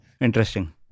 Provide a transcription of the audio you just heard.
Interesting